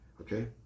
Okay